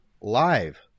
live